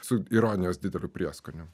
su ironijos dideliu prieskoniu